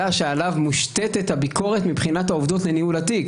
שעליו מושתתת הביקורת מבחינת העובדות לניהול התיק.